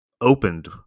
opened